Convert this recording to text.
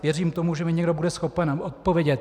Věřím tomu, že mi někdo bude schopen odpovědět.